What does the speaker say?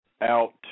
out